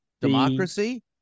democracy